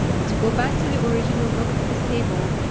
and to go back to the original look of this table,